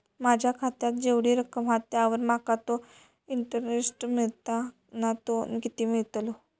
माझ्या खात्यात जेवढी रक्कम हा त्यावर माका तो इंटरेस्ट मिळता ना तो किती मिळतलो?